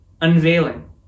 unveiling